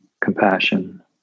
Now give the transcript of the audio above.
compassion